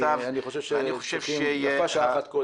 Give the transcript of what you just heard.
אני חושב שיפה שעה אחת קודם.